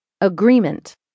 agreement